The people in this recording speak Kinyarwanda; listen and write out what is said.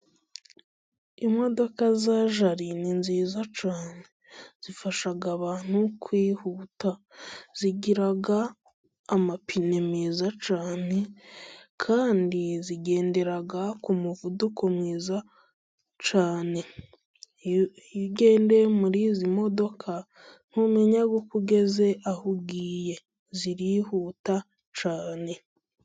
Imodoka za Jali ni nziza cyane zifasha abantu kwihuta, zigira amapine meza cyane kandi zigendera ku muvuduko mwiza cyane. Iyo ugendeye muri izi modoka ntumenya uko ugeze aho ugiye. Zirihuta cyane.